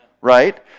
Right